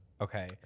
okay